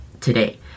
today